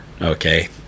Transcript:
Okay